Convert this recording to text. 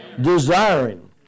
Desiring